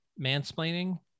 mansplaining